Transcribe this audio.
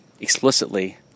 explicitly